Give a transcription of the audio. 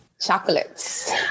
chocolates